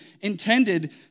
intended